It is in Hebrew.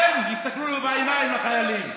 שהם יסתכלו בעיניים לחיילים.